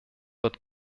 wird